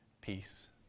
peace